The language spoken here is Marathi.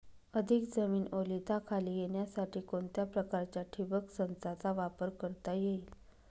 अधिक जमीन ओलिताखाली येण्यासाठी कोणत्या प्रकारच्या ठिबक संचाचा वापर करता येईल?